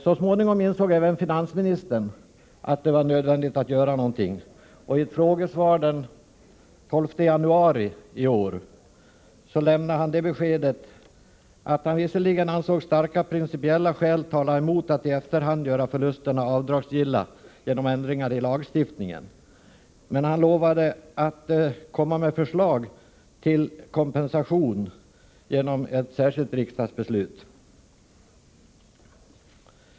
Så småningom insåg även finansministern att det var nödvändigt att göra någonting, och i ett frågesvar den 12 januari i år lämnade han det beskedet att han visserligen ansåg starka principiella skäl tala emot att i efterhand göra förlusterna avdragsgilla genom ändringar i lagstiftningen, men lovade ändå att komma med förslag till kompensation genom ett särskilt riksdagsbeslut.